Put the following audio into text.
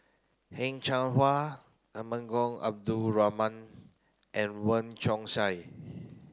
Heng Cheng Hwa Temenggong Abdul Rahman and Wong Chong Sai